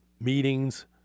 meetings